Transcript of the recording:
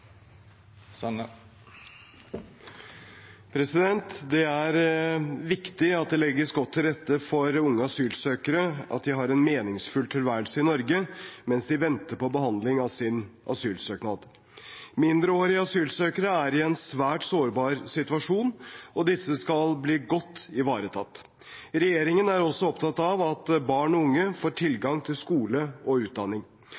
Det er viktig at det legges godt til rette for at unge asylsøkere har en meningsfylt tilværelse i Norge mens de venter på behandlingen av sin asylsøknad. Mindreårige asylsøkere er i en svært sårbar situasjon, og disse skal bli godt ivaretatt. Regjeringen er også opptatt av at barn og unge får